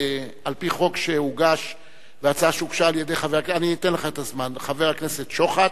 על-פי הצעה שהוגשה על-ידי חבר הכנסת שוחט,